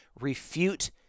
refute